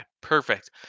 perfect